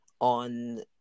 on